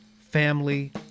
Family